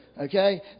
okay